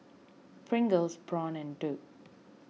Pringles Braun and Doux